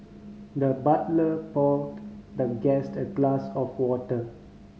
the butler poured the guest a glass of water